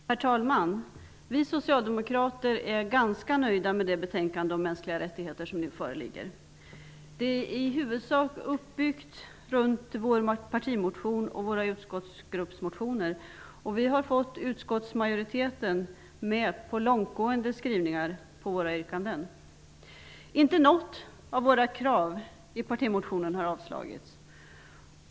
Herr talman! Vi socialdemokrater är ganska nöjda med det betänkande om mänskliga rättigheter som nu behandlas. Det är i huvudsak uppbyggt kring vår partimotion och våra utskottsgruppsmotioner, och vi har fått med oss utskottsmajoriteten på långtgående skrivningar i anslutning till våra yrkanden. Inte något av våra krav i partimotionen har avstyrkts.